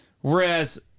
whereas